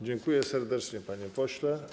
Dziękuję serdecznie, panie pośle.